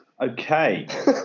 Okay